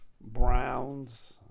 Browns